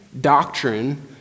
doctrine